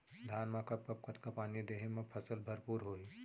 धान मा कब कब कतका पानी देहे मा फसल भरपूर होही?